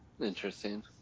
Interesting